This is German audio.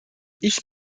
ich